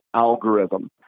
algorithm